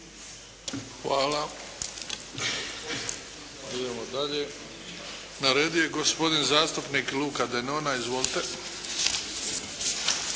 Hvala. Idemo dalje. Na redu je gospodin zastupnik Luka Denona. Izvolite.